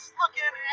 looking